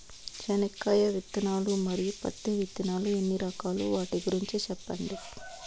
చెనక్కాయ విత్తనాలు, మరియు పత్తి విత్తనాలు ఎన్ని రకాలు వాటి గురించి సెప్పండి?